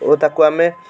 ଓ ତାକୁ ଆମେ